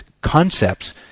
concepts